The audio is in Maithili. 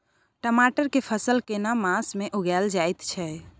मटर के फसल केना मास में उगायल जायत छै?